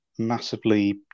massively